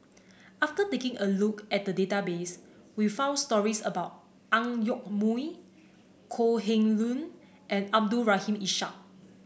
after taking a look at the database we found stories about Ang Yoke Mooi Kok Heng Leun and Abdul Rahim Ishak